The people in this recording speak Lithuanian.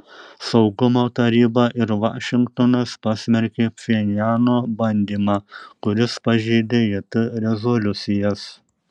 saugumo taryba ir vašingtonas pasmerkė pchenjano bandymą kuris pažeidė jt rezoliucijas